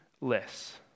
less